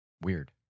Weird